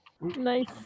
Nice